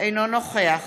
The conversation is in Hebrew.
אינו נוכח